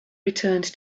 returned